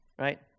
right